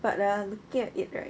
but they are looking at it right